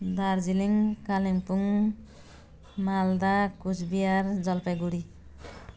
Darjeeling Kalimpong Malda Cooch Behar Jalpaiguri